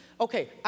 okay